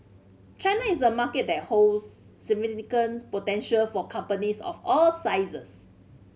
China is a market that holds significant potential for companies of all sizes